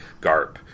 Garp